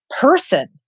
person